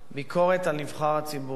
ביקורת על נבחר הציבור,